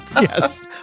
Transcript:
Yes